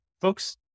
folks